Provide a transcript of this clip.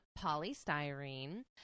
polystyrene